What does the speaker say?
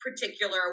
particular